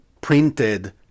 printed